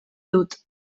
dut